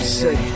say